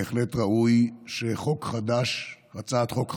בהחלט ראוי שחוק חדש, הצעת חוק חדשה,